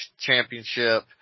Championship